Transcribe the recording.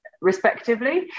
respectively